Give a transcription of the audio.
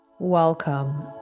Welcome